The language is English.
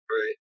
right